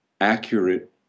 accurate